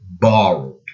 borrowed